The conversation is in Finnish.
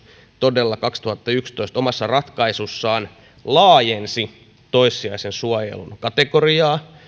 todella kaksituhattayksitoista omassa ratkaisussaan laajensi toissijaisen suojelun kategoriaa